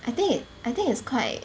I think I think it's quite